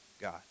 God